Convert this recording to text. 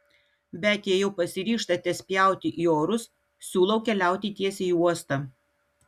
bet jei jau pasiryžtate spjauti į orus siūlau keliauti tiesiai į uostą